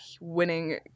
winning